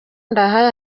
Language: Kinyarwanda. ndahayo